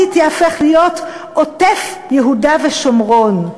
תיהפך להיות עוטף יהודה ושומרון.